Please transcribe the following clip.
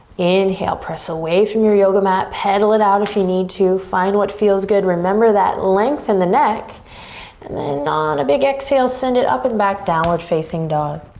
inhale, press away from your yoga mat, peddle it out if you need to. find what feels good. remember that length in the neck and then on a big exhale send it up and back downward facing dog.